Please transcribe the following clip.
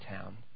town